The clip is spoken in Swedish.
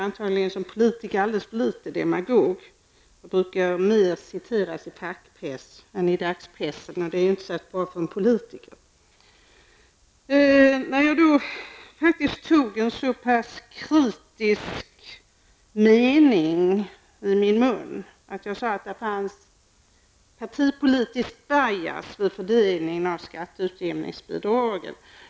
Som politiker är jag antagligen alldeles för litet demagog -- jag brukar bli citerad mera i fackpressen än i dagspressen och det är inte särskilt bra för en politiker. Jag tog faktiskt mycket kritiska ord i min mun när jag sade att det fanns partipolitisk ''bias'' vid fördelningen av skatteutjämningsbidraget.